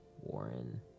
Warren